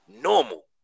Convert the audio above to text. normal